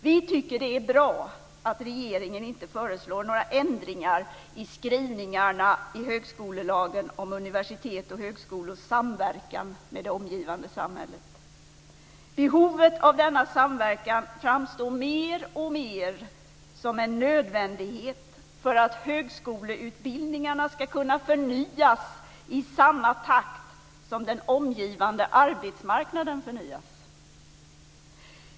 Vi tycker att det är bra att regeringen inte föreslår några ändringar i skrivningarna i högskolelagen om universitets och högskolors samverkan med det omgivande samhället. Behovet av denna samverkan framstår mer och mer som en nödvändighet för att högskoleutbildningarna ska kunna förnyas i samma takt som den omgivande arbetsmarknaden förnyas.